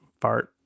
fart